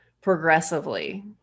progressively